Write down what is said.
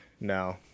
no